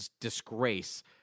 disgrace